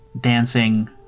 dancing